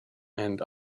and